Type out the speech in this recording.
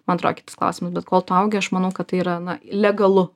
man atro kitas klausimas bet kol tu augi aš manau kad tai yra na legalu